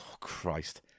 Christ